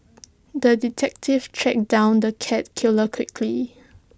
the detective tracked down the cat killer quickly